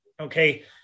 okay